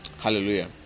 Hallelujah